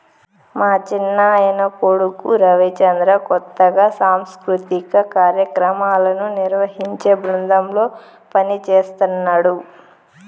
మా చిన్నాయన కొడుకు రవిచంద్ర కొత్తగా సాంస్కృతిక కార్యాక్రమాలను నిర్వహించే బృందంలో పనిజేస్తన్నడు